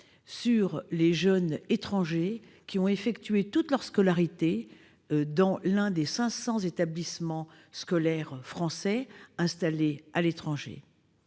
sur les jeunes étrangers qui ont effectué toute leur scolarité dans l'un de nos 500 établissements scolaires installés à l'étranger.